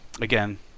again